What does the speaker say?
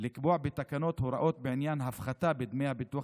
לקבוע בתקנות הוראות בעניין הפחתה בדמי הביטוח